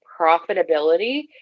profitability